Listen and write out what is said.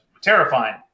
terrifying